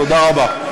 תודה רבה.